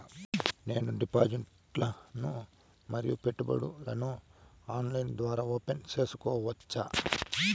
నేను డిపాజిట్లు ను మరియు పెట్టుబడులను ఆన్లైన్ ద్వారా ఓపెన్ సేసుకోవచ్చా?